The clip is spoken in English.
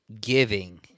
giving